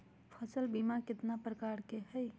फसल बीमा कतना प्रकार के हई?